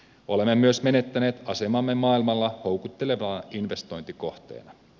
olemme myös menettäneet asemamme maailmalla houkuttelevana investointikohteena